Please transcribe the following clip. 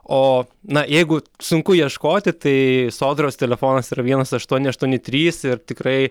o na jeigu sunku ieškoti tai sodros telefonas yra vienas aštuoni aštuoni trys ir tikrai